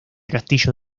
castillo